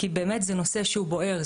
כי באמת זה נושא שהוא בוער,